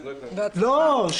לא.